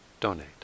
donate